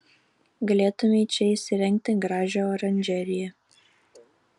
galėtumei čia įsirengti gražią oranžeriją